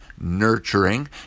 nurturing